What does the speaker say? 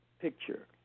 picture